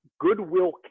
goodwill